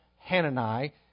Hanani